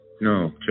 No